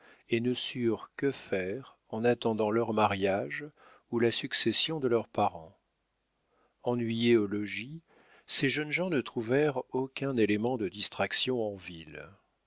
et ne surent que faire en attendant leur mariage ou la succession de leurs parents ennuyés au logis ces jeunes gens ne trouvèrent aucun élément de distraction en ville